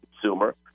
consumer